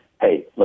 hey